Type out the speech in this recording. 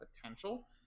potential